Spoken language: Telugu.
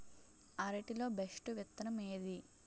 అరటి లో బెస్టు విత్తనం ఏది?